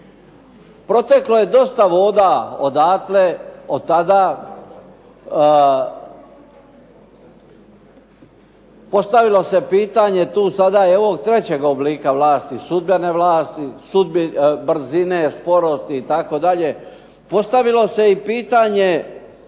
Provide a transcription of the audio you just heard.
Proteklo je dosta voda odatle, od tada. Postavilo se pitanje tu sada i ovog trećeg oblika vlasti, sudbene vlasti, brzine, sporosti itd. Postavilo se i pitanje